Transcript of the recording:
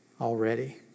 already